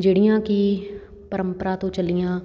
ਜਿਹੜੀਆਂ ਕਿ ਪਰੰਪਰਾ ਤੋਂ ਚੱਲੀਆਂ